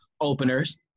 openers